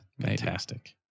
Fantastic